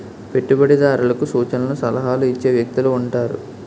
పెట్టుబడిదారులకు సూచనలు సలహాలు ఇచ్చే వ్యక్తులు ఉంటారు